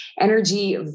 energy